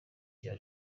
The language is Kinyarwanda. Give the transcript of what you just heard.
cya